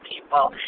people